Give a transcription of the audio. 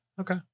okay